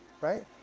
right